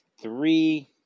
three